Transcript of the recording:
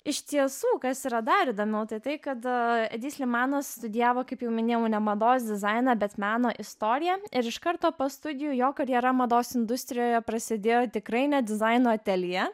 iš tiesų kas yra dar įdomiau tai tai kada edi slimanas studijavo kaip jau minėjau ne mados dizainą bet meno istoriją ir iš karto po studijų jo karjera mados industrijoje prasidėjo tikrai ne dizaino ateljė